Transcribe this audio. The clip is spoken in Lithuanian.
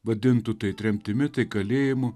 vadintu tai tremtimi tai kalėjimu